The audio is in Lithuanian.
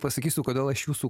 pasakysiu kodėl aš jūsų